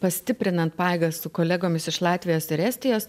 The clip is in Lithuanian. pastiprinant pajėgas su kolegomis iš latvijos ir estijos